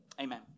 Amen